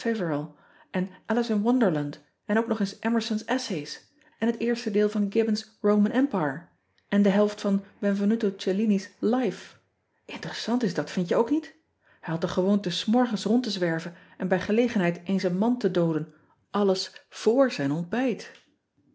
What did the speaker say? in onderland en ook nog merson s ssays en het eerste deel van ibbon s oman mpire en de helft van envenuto ellini s ife interessant is dat wind je ook niet ij had de gewoonte s morgens rond te zwerven en bij gelegenheid eens een man te dooden alles vobr zijn ontbijt